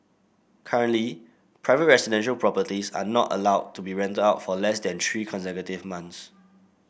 currently private residential properties are not allowed to be rented out for less than three consecutive months